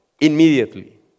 immediately